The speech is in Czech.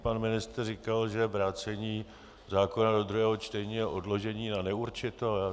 Pan ministr říkal, že vrácení zákona do druhého čtení je odložení na neurčito.